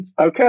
okay